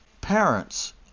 parents